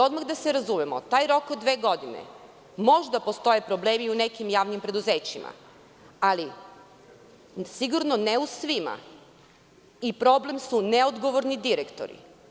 Odmah da se razumemo, taj rok od dve godine, možda postoje problemi u nekim javnim preduzećima, ali sigurno ne u svim preduzećima i problem su neodgovorni direktori.